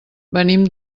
venim